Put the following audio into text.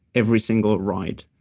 every single ride.